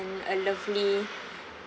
a lovely